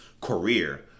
career